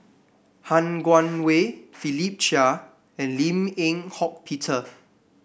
Han Guangwei Philip Chia and Lim Eng Hock Peter